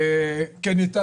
כן ייטב.